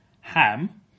ham